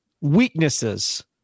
weaknesses